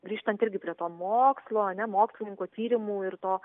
grįžtant irgi prie to mokslo ar ne mokslininkų tyrimų ir to